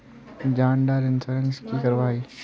जान डार इंश्योरेंस की करवा ई?